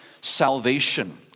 Salvation